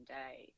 day